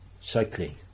cycling